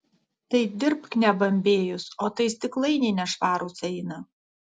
tai dirbk nebambėjus o tai stiklainiai nešvarūs eina